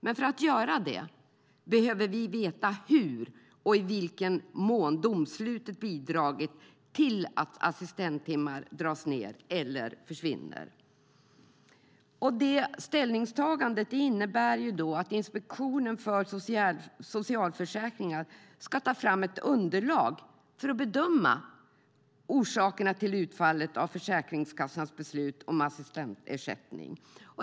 Men för att göra det behöver vi veta hur och i vilken mån domslutet har bidragit till att assistenttimmar dras ned eller försvinner. Ställningstagandet innebär att Inspektionen för socialförsäkringen ska ta fram ett underlag för att kunna bedöma orsakerna till utfallet av Försäkringskassans beslut om assistansersättning.